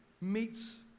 meets